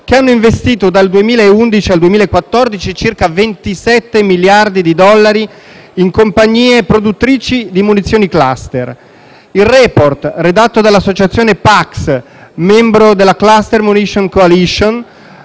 che hanno investito dal 2011 al 2014 circa 27 miliardi di dollari in compagnie produttrici di munizioni *cluster*. Il *report* redatto dall'associazione PAX, membro della Cluster munition coalition,